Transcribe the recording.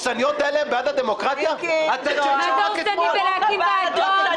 מיקי זוהר, אתה אין גבול ואין תחתית.